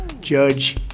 Judge